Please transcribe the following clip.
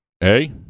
Hey